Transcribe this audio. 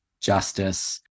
justice